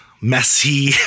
messy